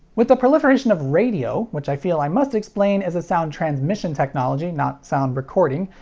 with the proliferation of radio which i feel i must explain is a sound transmission technology, not sound recording.